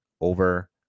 over